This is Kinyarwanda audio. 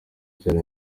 byari